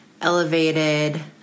elevated